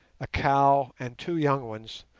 a cow, and two young ones,